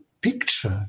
picture